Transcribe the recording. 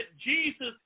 Jesus